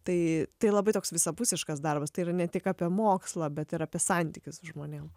tai tai labai toks visapusiškas darbas tai yra ne tik apie mokslą bet ir apie santykius su žmonėm